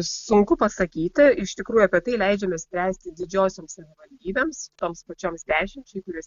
sunku pasakyti iš tikrųjų tai leidžiame spręsti didžiosioms savivaldybėms toms pačioms dešimčiai kuris